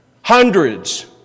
Hundreds